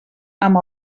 amb